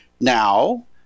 now